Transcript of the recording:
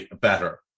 better